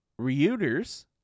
Reuters